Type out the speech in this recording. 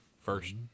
First –